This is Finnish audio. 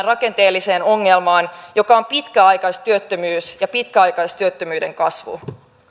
rakenteelliseen ongelmaan joka on pitkäaikaistyöttömyys ja pitkäaikaistyöttömyyden kasvu